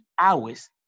hours